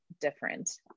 different